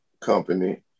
company